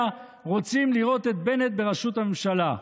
רוצים לראות את בנט בראשות הממשלה.